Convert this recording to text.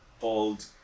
called